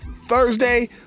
Thursday